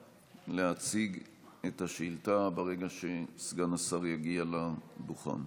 ולהציג את השאילתה ברגע שסגן השר יגיע לדוכן.